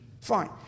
Fine